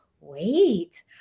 wait